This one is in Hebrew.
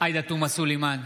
עאידה תומא סלימאן,